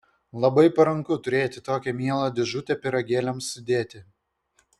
labai paranku turėti tokią mielą dėžutę pyragėliams sudėti